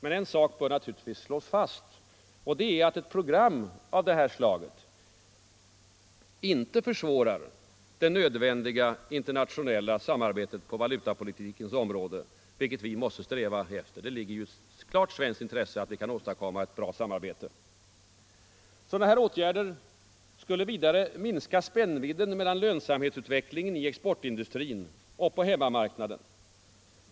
Men en sak bör naturligtvis slås fast, och det är att ett program av det här slaget inte försvårar det nödvändiga internationella samarbetet på valutapolitikens område, vilket vi måste sträva efter. Det ligger klart i svenskt intresse att vi kan åstadkomma ett bra samarbete. Sådana här åtgärder skulle vidare minska spännvidden mellan lönsamhetsutvecklingen i exportindustrin och på hemmamarknaden.